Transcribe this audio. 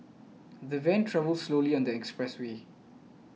the van travelled slowly on the expressway